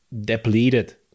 depleted